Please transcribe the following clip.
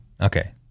okay